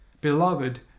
Beloved